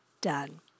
done